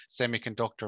semiconductor